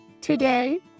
today